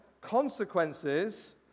consequences